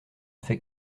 fait